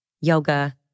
yoga